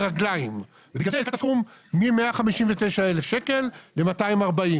רגליים ובגלל זה היא העלתה את הסכום מ-159,000 שקל ל-240.